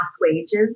wages